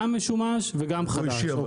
גם משומש וגם חדש.